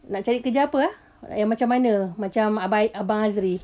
nak cari kerja apa ah yang macam mana macam abang abang azri